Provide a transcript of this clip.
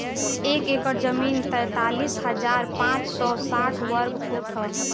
एक एकड़ जमीन तैंतालीस हजार पांच सौ साठ वर्ग फुट ह